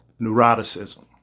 neuroticism